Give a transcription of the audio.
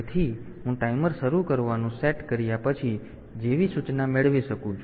તેથી હું ટાઈમર શરૂ કરવાનું સેટ કર્યા પછી જેવી સૂચના મેળવી શકું છું